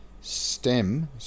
STEM